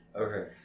okay